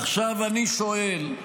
--- עכשיו אני שואל,